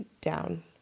down